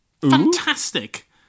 Fantastic